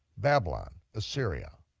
babylon, assyria,